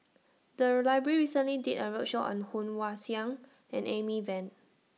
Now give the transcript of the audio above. The Library recently did A roadshow on Woon Wah Siang and Amy Van